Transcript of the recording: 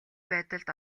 байдалд